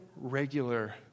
regular